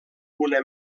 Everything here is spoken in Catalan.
una